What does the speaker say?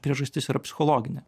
priežastis yra psichologinė